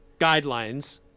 guidelines